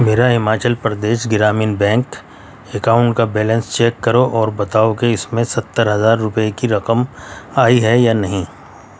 میرا Himachal Pradesh Gramin bank account کا balance check کرو اور بتاؤ کہ اس میں ستر ہزار روپے کی رقم آئی ہے یا نہیں